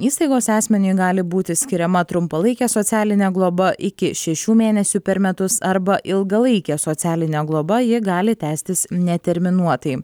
įstaigos asmeniui gali būti skiriama trumpalaikė socialinė globa iki šešių mėnesių per metus arba ilgalaikė socialinė globa ji gali tęstis neterminuotai